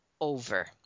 Over